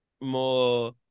more